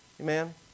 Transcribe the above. Amen